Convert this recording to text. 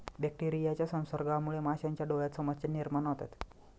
बॅक्टेरियाच्या संसर्गामुळे माशांच्या डोळ्यांत समस्या निर्माण होतात